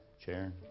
chair